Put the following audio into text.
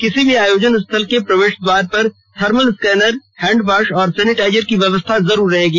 किसी भी आयोजन स्थल के प्रवेश द्वार पर थर्मल स्कैनर हैंडवाश और सैनेटाइजर की व्यवस्था जरूरी होगी